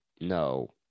No